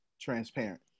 transparent